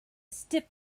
stiff